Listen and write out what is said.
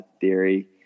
theory